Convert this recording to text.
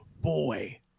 Boy